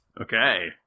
Okay